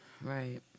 Right